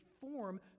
form